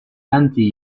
anti